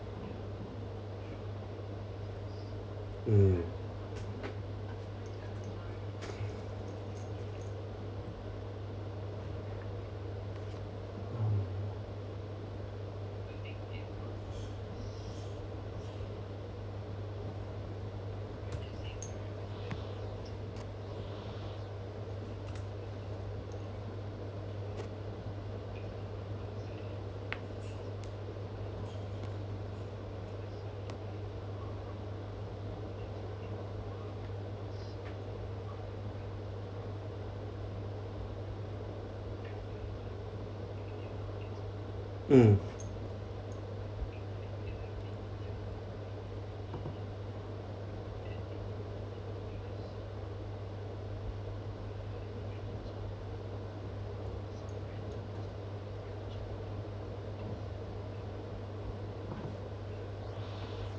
mm mm